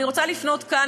אני רוצה לפנות מכאן,